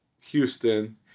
Houston